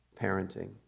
parenting